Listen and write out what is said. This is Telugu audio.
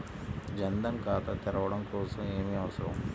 జన్ ధన్ ఖాతా తెరవడం కోసం ఏమి అవసరం?